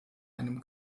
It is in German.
einem